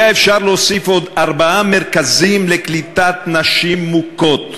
היה אפשר להוסיף עוד ארבעה מרכזים לקליטת נשים מוכות.